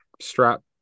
strap